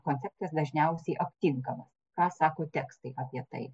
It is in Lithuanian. konceptas dažniausiai aptinkamas ką sako tekstai apie tai